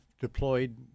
deployed